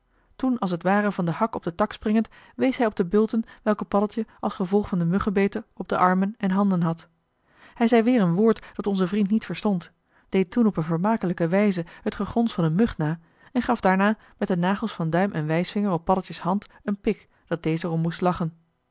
toen als t ware van den hak op den tak springend wees hij op de bulten welke paddeltje als gevolg van de muggenbeten op de armen en handen had hij zei weer een woord dat onze vriend niet verstond deed toen op een vermakelijke wijze het gegons van een mug na en gaf daarna met de nagels van duim en wijsvinger op paddeltje's hand een pik dat deze er om moest lachen